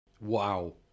Wow